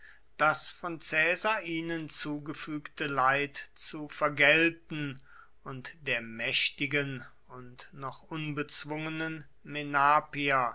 das von caesar ihnen zugefügte leid zu vergelten und der mächtigen und noch